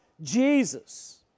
jesus